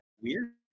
Weird